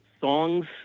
songs